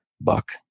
buck